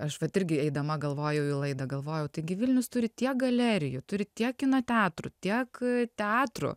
aš vat irgi eidama galvojau į laidą galvojau taigi vilnius turi tiek galerijų turi tiek kino teatrų tiek teatrų